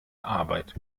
arbeit